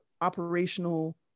operational